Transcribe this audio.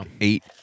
eight